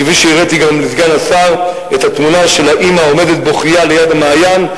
כפי שהראיתי גם לסגן השר את התמונה של האמא העומדת בוכייה ליד המעיין,